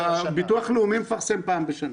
ביטוח לאומי מפרסם פעם בשנה.